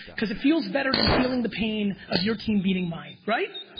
cos it feels better than feeling the pain of your team beating mine, right?